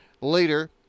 Later